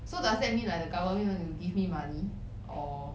so does that mean like the government will give me money or